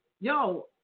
yo